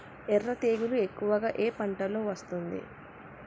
ఎర్ర తెగులు ఎక్కువగా ఏ పంటలో వస్తుంది?